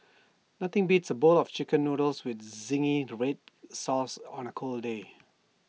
nothing beats A bowl of Chicken Noodles with Zingy Red Sauce on A cold day